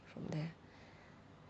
from there